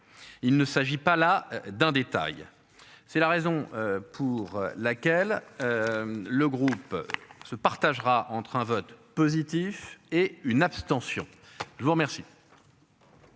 Il ne s'agit pas là d'un détail. C'est la raison pour laquelle. Le groupe se partagera entre un vote positif et une abstention. Je vous remercie.